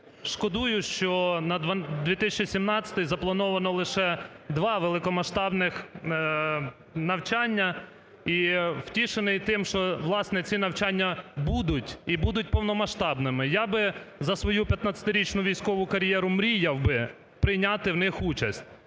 Шкодую, що на 2017-й заплановано лише два великомасштабних навчання, і втішений тим, що, власне, ці навчання будуть, і будуть повномасштабними. Я би за свою 15-річну військову кар'єру мріяв би прийняти в них участь.